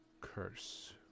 curse